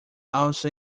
also